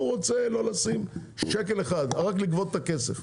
הוא רוצה לא לשים שקל אחד, רק לגבות את הכסף.